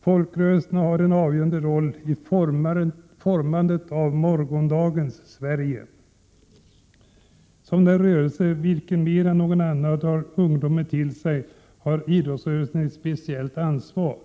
Folkrörelserna spelar en avgörande roll i formandet av morgondagens Sverige. Som den rörelse vilken mer än någon annan drar ungdomen till sig har idrottsrörelsen ett speciellt ansvar.